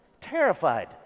Terrified